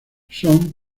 son